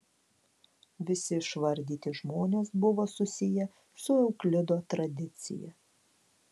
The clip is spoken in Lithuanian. visi išvardyti žmonės buvo susiję su euklido tradicija